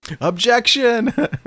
Objection